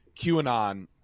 QAnon